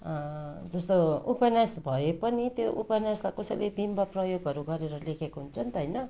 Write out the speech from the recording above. जस्तो उपन्यास भए पनि त्यो उपन्यासलाई कसैले विम्ब प्रयोगहरू गरेर लेखेको हुन्छ नि त होइन